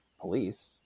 police